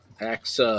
Axe